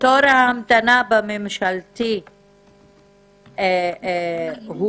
תור ההמתנה בממשלתי הוא